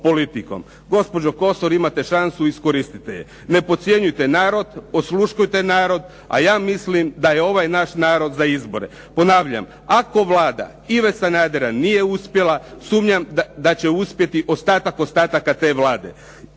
Gospođo Kosor, imate šansu, iskoristite ju. Ne podcjenjujte narod, osluškujte narod, a ja mislim da je ovaj naš narod za izbore. Ponavljam, ako Vlada Ive Sanadera nije uspjela, sumnjam da će uspjeti ostatak ostataka te Vlade.